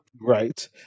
Right